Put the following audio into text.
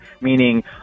meaning